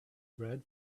bread